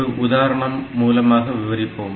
ஒரு உதாரணம் மூலமாக விவரிப்போம்